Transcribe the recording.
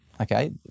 Okay